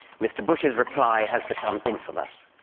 mr. bush's reply has become infamous.